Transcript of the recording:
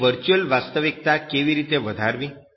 તેની વર્ચુઅલ વાસ્તવિકતા કેવી રીતે વધારવી